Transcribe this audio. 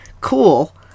cool